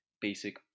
basic